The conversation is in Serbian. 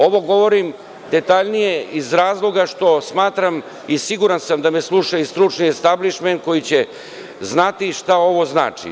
Ovo govorim detaljnije iz razloga što smatram i siguran sam da me sluša stručni establišment koji će znati šta ovo znači.